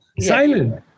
silent